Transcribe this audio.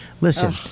Listen